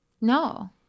No